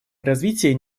развитие